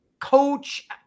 coach